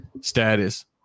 status